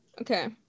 Okay